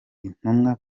intumwa